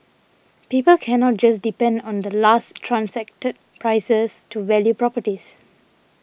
people cannot just depend on the last transacted prices to value properties